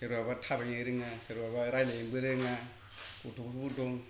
सोरबाबा थाबायनो रोङा सोरबाबा रायलायनोबो रोङा गथ'फोरबो दं